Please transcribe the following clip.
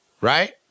right